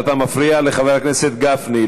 אתה מפריע לחבר הכנסת גפני.